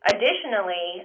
Additionally